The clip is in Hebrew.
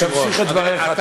תמשיך את דבריך.